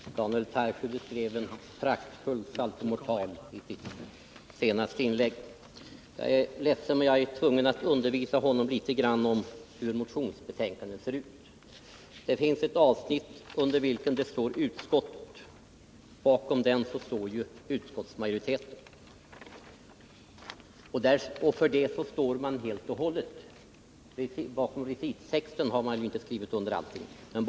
Herr talman! Daniel Tarschys beskrev en praktfull saltomortal i sitt senaste inlägg. Jag är ledsen, men jag är tvungen att undervisa honom litet om hur utskottsbetänkandet ser ut. Det finns ett avsnitt över vilket det står ”Utskottet”. Bakom det avsnittet står ju utskottsmajoriteten, och det gör man helt och hållet. När det gäller recittexten har man inte skrivit under på allting.